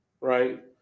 right